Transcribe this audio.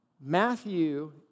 Matthew